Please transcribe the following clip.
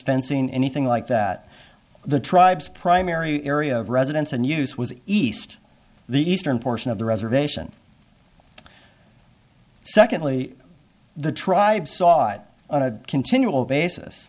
fencing anything like that the tribes primary area of residence and use was east the eastern portion of the reservation secondly the tribe saw it on a continual basis